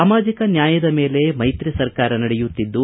ಸಾಮಾಜಿಕ ನ್ಯಾಯದ ಮೇಲೆ ಮೈತ್ರಿ ಸರ್ಕಾರ ನಡೆಯುತ್ತಿದ್ದು